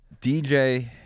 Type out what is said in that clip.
dj